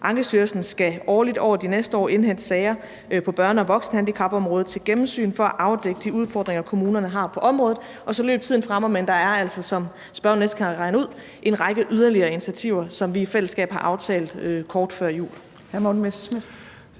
Ankestyrelsen skal årligt over de næste år indhente sager på børne- og voksenhandicapområdet til gennemsyn for at afdække de udfordringer, kommunerne har på området. Og så løb tiden fra mig, men der er altså, som spørgeren næsten kan regne ud, en række yderligere initiativer, som vi i fællesskab har aftalt kort før jul.